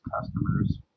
customers